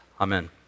Amen